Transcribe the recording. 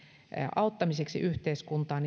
auttamiseksi yhteiskuntaan